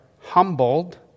humbled